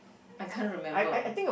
I can't remember